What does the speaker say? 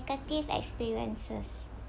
negative experiences